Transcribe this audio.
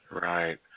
Right